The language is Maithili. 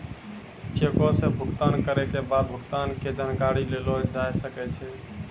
चेको से भुगतान करै के बाद भुगतान के जानकारी लेलो जाय सकै छै